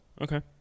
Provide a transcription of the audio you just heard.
Okay